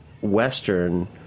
western